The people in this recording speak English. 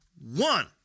one